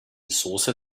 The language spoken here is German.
soße